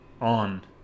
on